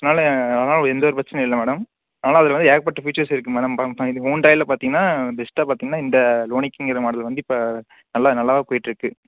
அதனால் அதனால் எந்த ஒரு பிரச்சினையும் இல்லை மேடம் அதனால் அதில் வந்து ஏகப்பட்ட ஃபீச்சர்ஸ் இருக்குது மேடம் இது ஹோண்டாயில் பார்த்தீங்கன்னா பெஸ்ட்டா பார்த்தீங்கன்னா இந்த யுனிக்குங்குற மாடல் வந்து இப்போ நல்லா நல்லாதான் போயிட்டுருக்கு